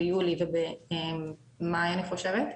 ביולי ובמאי אני חושבת,